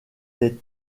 des